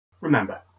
Remember